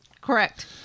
Correct